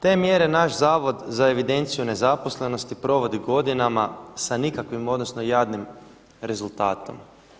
Te mjere naš Zavod za evidenciju nezaposlenosti provodi godinama sa nikakvim, odnosno jadnim rezultatom.